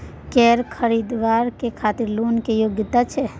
कैर खरीदवाक खातिर लोन के योग्यता?